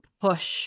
push